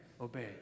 Obey